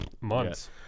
months